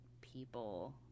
people